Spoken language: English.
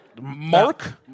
Mark